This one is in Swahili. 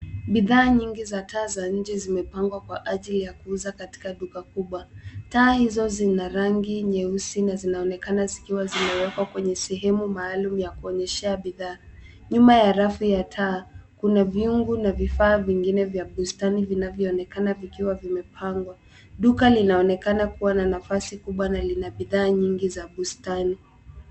Bidhaa nyingi za taa za nje zimepangwa kwa ajili ya kuuza katika duka kubwa. Taa hizo zina rangi nyeusi na zinaonekana zikiwa zimewekwa kwenye sehemu maalum ya kuonyeshea bidhaa. Nyuma ya rafu ya taa, kuna vyungu na vifaa vingine vya bustani vinavyoonekana vikiwa vimepangwa. Duka linaonekana kuwa na nafasi kubwa na lina bidhaa nyingi za bustani.